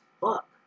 fuck